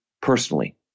personally